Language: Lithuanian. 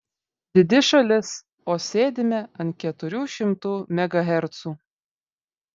didi šalis o sėdime ant keturių šimtų megahercų